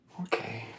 Okay